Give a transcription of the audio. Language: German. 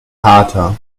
kater